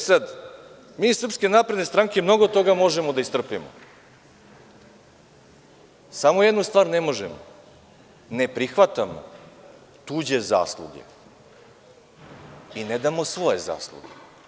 Sada mi iz SNS mnogo toga možemo da istrpimo, samo jednu stvar ne možemo, ne prihvatamo tuđe zasluge i ne damo svoje zasluge.